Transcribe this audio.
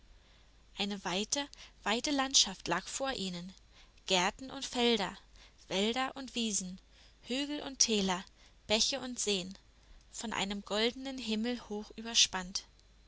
eine weite weite landschaft lag vor ihnen gärten und felder wälder und wiesen hügel und täler bäche und seen von einem goldenen himmel hoch überspannt